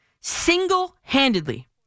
single-handedly